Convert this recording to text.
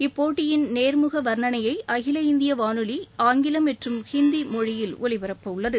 இப்போட்டியின் நேர்முக வர்ணணையை அகில இந்திய வானொலி ஆங்கிலம் மற்றும் ஹிந்தி மொழியில் ஒலிபரப்பவுள்ளது